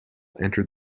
entered